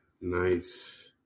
Nice